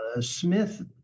Smith